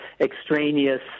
extraneous